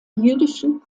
jüdischen